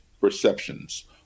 perceptions